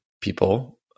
people